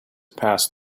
passed